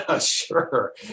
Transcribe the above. Sure